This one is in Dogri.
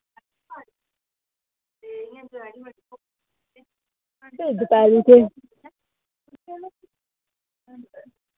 नेईं दपैह्री